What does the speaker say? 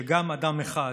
שגם אדם אחד